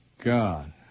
God